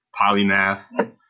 polymath